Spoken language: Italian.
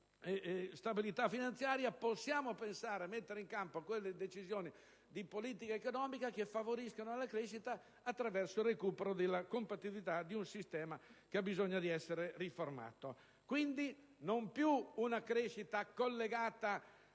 averlo fatto, possiamo pensare a mettere in campo quelle decisioni di politica economica che favoriscano la crescita attraverso il recupero della competitività di un sistema che necessita di essere riformato. Quindi, non più una crescita collegata